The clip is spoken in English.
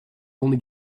only